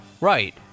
right